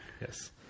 yes